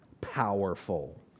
powerful